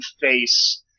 face